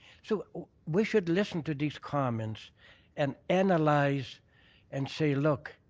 so we should listen to these comments and analyze and say, look,